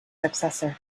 successor